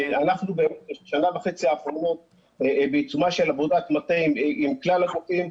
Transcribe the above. אנחנו בשנה וחצי האחרונות בעיצומה של עבודת מטה עם כלל הגופים.